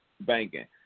Banking